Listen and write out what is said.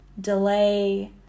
delay